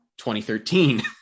2013